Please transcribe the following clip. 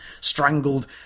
strangled